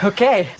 Okay